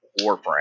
Warframe